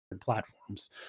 platforms